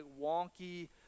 wonky